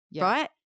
right